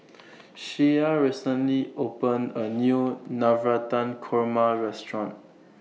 Shea recently opened A New Navratan Korma Restaurant